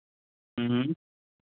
ह्म्म ह्म्म